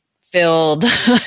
filled